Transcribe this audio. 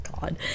God